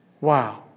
Wow